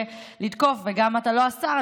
וגם אתה לא השר.